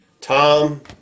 Tom